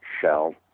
Shell